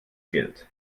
geld